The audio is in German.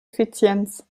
effizienz